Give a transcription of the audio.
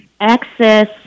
access